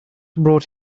brought